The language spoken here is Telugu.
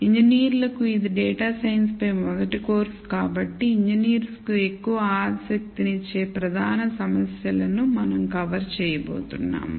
ఇంజనీర్లకు ఇది డేటా సైన్స్ పై మొదటి కోర్సు కాబట్టి ఇంజనీర్లకు ఎక్కువ ఆసక్తినిచ్చే ప్రధాన సమస్యలను మనం కవర్ చేయబోతున్నాము